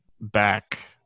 back